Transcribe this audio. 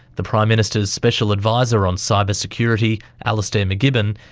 the prime minister's special advisor on cyber security, alastair macgibbon,